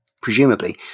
presumably